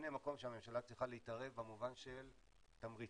הנה מקום שהממשלה צריכה להתערב במובן של תמריצים,